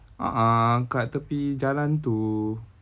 a'ah kat tepi jalan tu